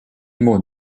mots